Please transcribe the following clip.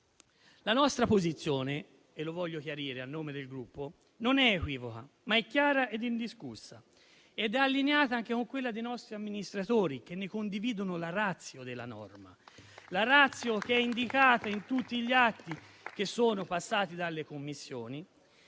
La nostra posizione - lo voglio chiarire a nome del Gruppo - non è equivoca, ma è chiara e indiscussa ed è allineata anche con quella dei nostri amministratori, che condividono la *ratio* della norma. È la *ratio* indicata in tutti gli atti che sono passati dalle Commissioni,